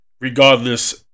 Regardless